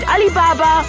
Alibaba